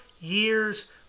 years